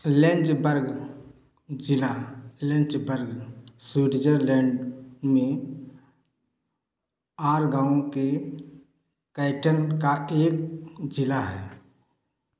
Lenzburg जिला Lenzburg Switzerland में Aargau के कैटन का एक ज़िला है